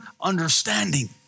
understanding